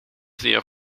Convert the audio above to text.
zeer